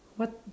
what